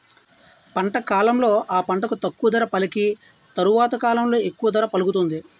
పంట కాలంలో ఆ పంటకు తక్కువ ధర పలికి తరవాత కాలంలో ఎక్కువ ధర పలుకుతుంది